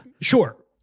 Sure